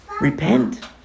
Repent